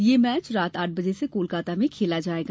यह मैच रात आठ बजे कोलकाता में खेला जायेगा